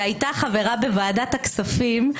שהייתה חברה בוועדת הכספים,